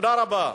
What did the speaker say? תודה רבה.